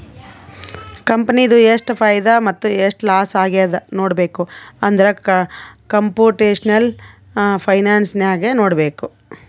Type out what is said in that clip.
ಕಂಪನಿದು ಎಷ್ಟ್ ಫೈದಾ ಮತ್ತ ಎಷ್ಟ್ ಲಾಸ್ ಆಗ್ಯಾದ್ ನೋಡ್ಬೇಕ್ ಅಂದುರ್ ಕಂಪುಟೇಷನಲ್ ಫೈನಾನ್ಸ್ ನಾಗೆ ನೋಡ್ಬೇಕ್